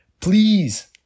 Please